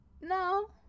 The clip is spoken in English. no